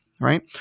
right